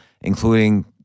including